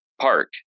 park